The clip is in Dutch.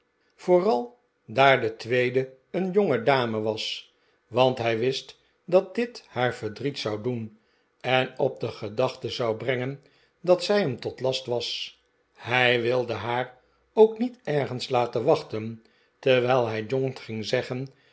vooral daar de tweede een jongedame was want hij wist dat dit haar verdriet zou doen en op de gedachte zou brengen dat zij hem tot last was hij wilde haar ook niet ergens laten wachten terwijl hij john ging zeggen